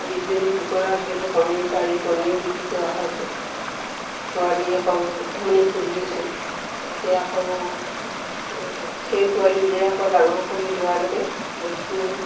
বিছজনী কুকুৰা ধৰি লওক কণী পাৰি কণীও বিক্ৰী কৰা হৈছে পোৱালি আকৌ উমনিত বহি আছে এতিয়া আকৌ সেই পোৱালি উলিয়াই আকৌ ডাঙৰ কৰি লোৱালৈকে বহুতখিনি